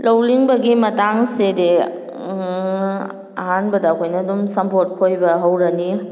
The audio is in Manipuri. ꯂꯧ ꯂꯤꯡꯕꯒꯤ ꯃꯇꯥꯡꯁꯤꯗꯤ ꯑꯍꯥꯟꯕꯗ ꯑꯩꯈꯣꯏꯅ ꯑꯗꯨꯝ ꯁꯝꯄꯣꯠ ꯈꯣꯏꯕ ꯍꯧꯔꯅꯤ